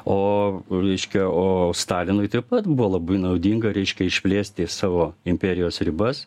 o reiškia o stalinui taip pat buvo labai naudinga reiškia išplėsti savo imperijos ribas